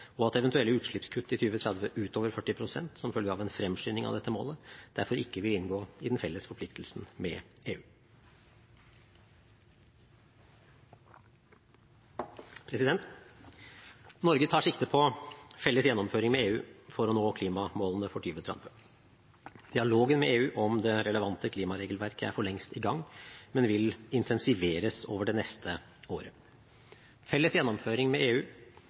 og at eventuelle utslippskutt i 2030 utover 40 pst., som følge av en fremskynding av dette målet, derfor ikke vil inngå i den felles forpliktelsen med EU. Norge tar sikte på felles gjennomføring med EU for å nå klimamålene for 2030. Dialogen med EU om det relevante klimaregelverket er for lengst i gang, men vil intensiveres over det neste året. Felles gjennomføring med EU